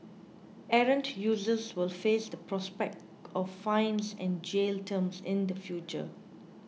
errant users will face the prospect of fines and jail terms in the future